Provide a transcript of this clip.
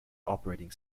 operating